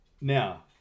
Now